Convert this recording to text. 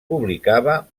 publicava